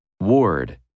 Ward